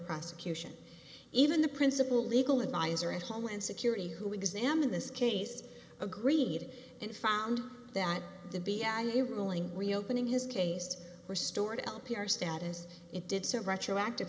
prosecution even the principal legal advisor at homeland security who examined this case agreed and found that to be on a ruling reopening his case restored l p r status it did so retroactive